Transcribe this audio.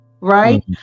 Right